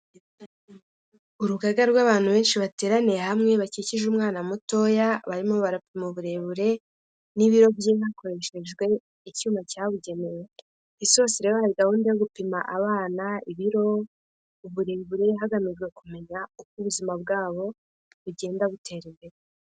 Urugaga rw'abantu benshi bateraniye hamwe bakikije umwana mutoya barimo barapima uburebure, n'ibiro bye hakoreshejwe icyuma cyabugenewe. Isi yose rero hari gahunda yo gupima abana ibiro, uburebure, hagamijwe kumenya uko ubuzima bwabo bugenda butera imbere.